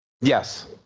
Yes